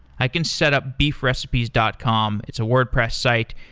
i can set up beefrecipes dot com, it's a wordpress site.